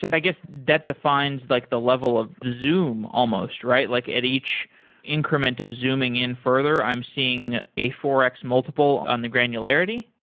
i guess, that defines like the level of zoom almost, right? like at each increment of zooming in further, i'm seeing a four x multiple on the granularity?